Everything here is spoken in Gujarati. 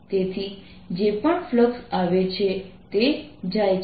તેથી આપણી પાસે એક સ્ફેરિકલ શેલ છે જેમાં ઘનતા શામેલ છે